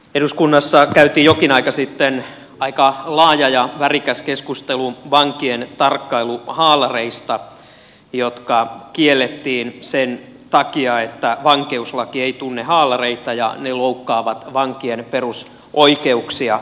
eduskunnassa käytiin jokin aika sitten aika laaja ja värikäs keskustelu vankien tarkkailuhaalareista jotka kiellettiin sen takia että vankeuslaki ei tunne haalareita ja ne loukkaavat vankien perusoikeuksia